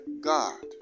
God